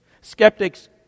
Skeptics